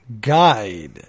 guide